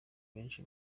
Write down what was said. benshi